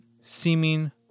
seeming